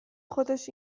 خودش